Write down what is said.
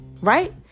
Right